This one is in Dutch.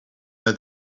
met